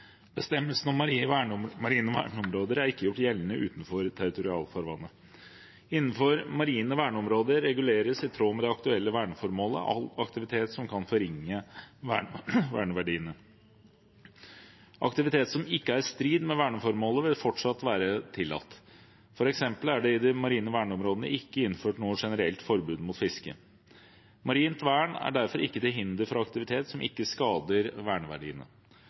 Bestemmelsen om marine verneområder er ikke gjort gjeldende utenfor territorialfarvannet. Innenfor marine verneområder reguleres, i tråd med det aktuelle verneformålet, all aktivitet som kan forringe verneverdiene. Aktivitet som ikke er i strid med verneformålet vil fortsatt være tillatt, f.eks. er det i de marine verneområdene ikke innført noe generelt forbud mot fiske. Marint vern er derfor ikke til hinder for aktivitet som ikke skader verneverdiene.